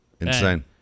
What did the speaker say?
Insane